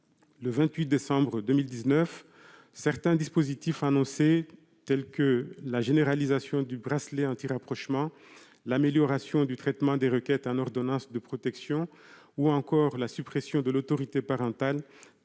Le 28 décembre 2019, certains dispositifs annoncés, tels que la généralisation du bracelet anti-rapprochement, l'amélioration du traitement des requêtes en vue de la délivrance d'une ordonnance de protection, ou encore la suppression de l'autorité parentale,